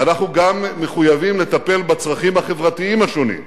אנחנו גם מחויבים לטפל בצרכים החברתיים השונים,